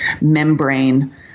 membrane